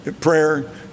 prayer